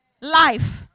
life